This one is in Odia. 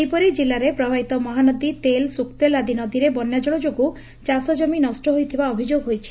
ସେହିପରି ଜିଲ୍ଲାରରେ ପ୍ରବାହିତ ମହାନଦୀ ତେଲ ସୁକ୍ତେଲ ଆଦି ନଦୀରେ ବନ୍ୟାଜଳ ଯୋଗୁଁ ଚାଷଜମି ନଷ୍ଟ ହୋଇଯାଇଥିବା ଅଭିଯୋଗ ହୋଇଛି